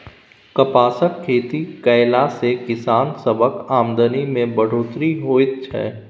कपासक खेती कएला से किसान सबक आमदनी में बढ़ोत्तरी होएत छै